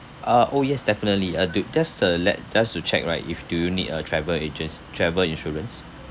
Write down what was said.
uh oh yes definitely uh do just uh let just to check right if do you need a travel agents travel insurance